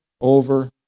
over